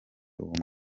uwo